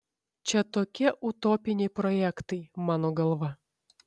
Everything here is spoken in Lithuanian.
čia tokie utopiniai projektai mano galva